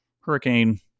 hurricane